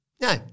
No